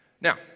Now